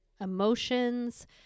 emotions